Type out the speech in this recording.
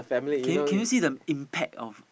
can you can you see the impact of